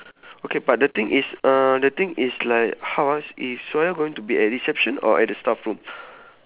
okay but the thing is uh the thing is like how ah is suhaila going to be at reception or at the staff room